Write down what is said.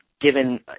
given